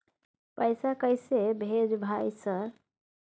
पैसा कैसे भेज भाई सर?